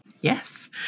Yes